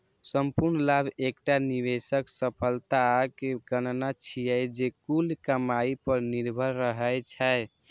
संपूर्ण लाभ एकटा निवेशक सफलताक गणना छियै, जे कुल कमाइ पर निर्भर रहै छै